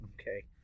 Okay